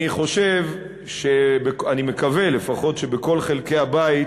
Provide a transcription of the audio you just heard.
אני חושב, אני מקווה, לפחות, שבכל חלקי הבית